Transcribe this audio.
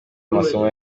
amasomo